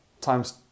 times